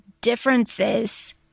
differences